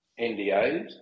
NDAs